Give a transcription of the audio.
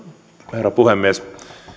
herra puhemies